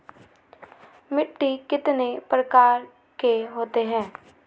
मिट्टी कितने प्रकार के होते हैं?